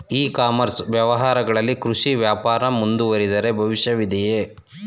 E commerce ವ್ಯವಹಾರಗಳಲ್ಲಿ ಕೃಷಿ ವ್ಯಾಪಾರ ಮುಂದುವರಿದರೆ ಭವಿಷ್ಯವಿದೆಯೇ?